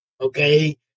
Okay